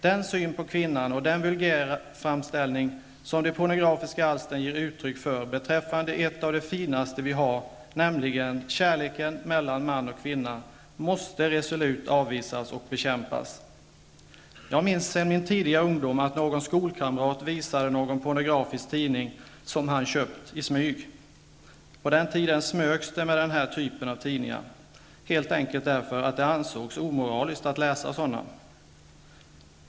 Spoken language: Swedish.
Dess syn på kvinnan och den vulgära framställning, som ju pornografiska alster innebär, av något av det finaste vi har, nämligen kärleken mellan man och kvinna, måste resolut avvisas och bekämpas. Jag minns från min tidiga ungdom att någon skolkamrat visade någon pornografisk tidning som han köpt i smyg -- på den tiden smögs det med den här typen av tidningar, helt enkelt därför att det ansågs omoraliskt att läsa sådana.